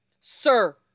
Sir